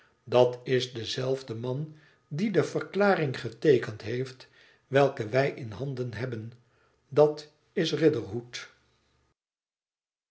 dat is dezelfde man die de verklaring geteekend heeft welke wij in handen hebben dat is